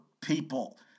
people